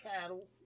cattle